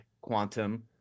quantum